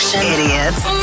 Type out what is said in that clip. Idiots